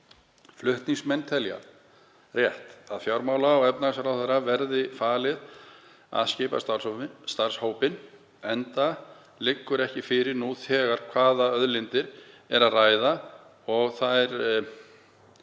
Flutningsmenn telja rétt að fjármála- og efnahagsráðherra verði falið að skipa starfshópinn enda liggur ekki fyrir nú þegar um hvaða auðlindir er að ræða og hverjar